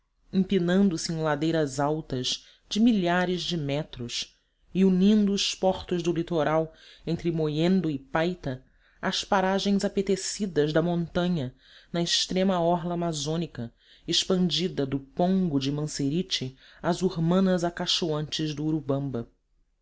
empinando se em ladeiras altas de milhares de metros e unindo os portos do litoral entre mollendo e paita às paragens apetecidas da montaa na extrema orla amazônica expandida do pongo de manseriche às urmanas acachoantes do urubamba